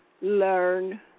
learn